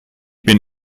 bin